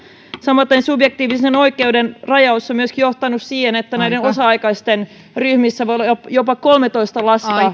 samaten subjektiivisen oikeuden rajaus on johtanut siihen että osa aikaisten ryhmissä voi olla jopa kolmetoista lasta